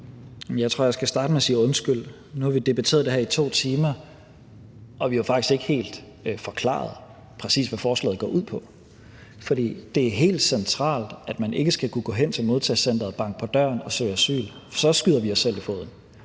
Jeg tror, at jeg skal starte med at sige undskyld. Nu har vi debatteret det her i 2 timer, og vi har faktisk ikke helt præcist forklaret, hvad forslaget går ud på. Det er helt centralt, at man ikke skal kunne gå hen til modtagecenteret og banke på døren og søge asyl, for så skyder vi os selv i foden,